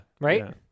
right